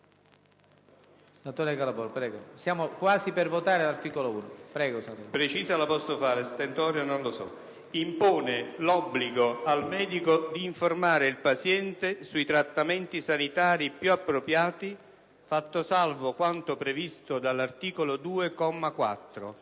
con le seguenti: «impone l'obbligo al medico di informare il paziente sui trattamenti sanitari più appropriati, fatto salvo quanto previsto dall'articolo 2,